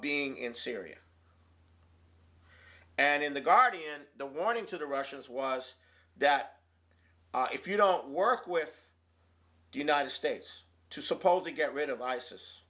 being in syria and in the guardian the warning to the russians was that if you don't work with the united states to supposed to get rid of isis